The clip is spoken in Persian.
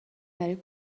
برای